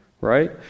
right